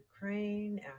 Ukraine